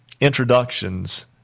introductions